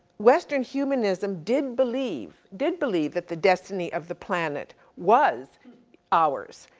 western humanism did believe, did believe that the destiny of the planet was ours.